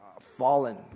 fallen